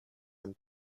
and